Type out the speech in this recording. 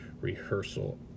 rehearsal